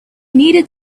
needed